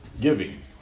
giving